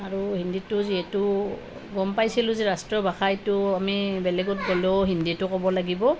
আৰু হিন্দিটো যিহেতু গম পাইছিলোঁ যে ৰাষ্ট্ৰভাষা এইটো আমি বেলেগত গ'লেও হিন্দিটো ক'ব লাগিব